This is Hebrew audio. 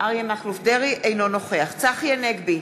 אינו נוכח צחי הנגבי,